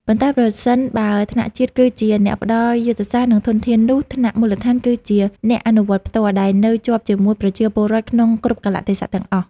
ប៉ុន្តែប្រសិនបើថ្នាក់ជាតិគឺជា អ្នកផ្ដល់យុទ្ធសាស្ត្រ និងធនធាន នោះថ្នាក់មូលដ្ឋានគឺជា អ្នកអនុវត្តផ្ទាល់ ដែលនៅជាប់ជាមួយប្រជាពលរដ្ឋក្នុងគ្រប់កាលៈទេសៈទាំងអស់។